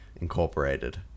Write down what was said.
incorporated